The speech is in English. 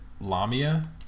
Lamia